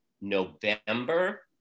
November